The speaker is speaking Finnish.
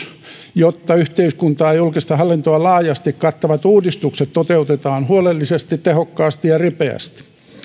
jotta yhteiskuntaa ja julkista hallintoa laajasti kattavat uudistukset toteutetaan huolellisesti tehokkaasti ja ripeästi